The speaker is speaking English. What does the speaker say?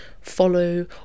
follow